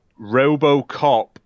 RoboCop